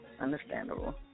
Understandable